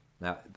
Now